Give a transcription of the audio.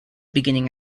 beginning